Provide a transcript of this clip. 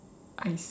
I see